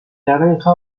naranja